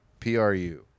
PRU